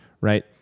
right